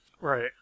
Right